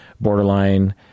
borderline